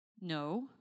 no